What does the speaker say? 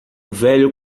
velho